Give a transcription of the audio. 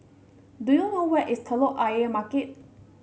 do you know where is Telok Ayer Market